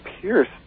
pierce